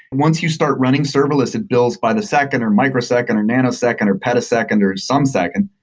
once you start running serverless, it bills by the second or microsecond or nanosecond or petasecond or some second.